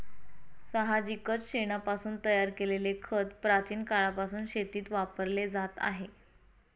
साहजिकच शेणापासून तयार केलेले खत प्राचीन काळापासून शेतीत वापरले जात आहे